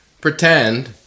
pretend